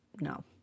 no